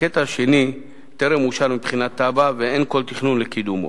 הקטע השני טרם אושר מבחינת תב"ע ואין כל תכנון לקידומו.